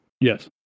Yes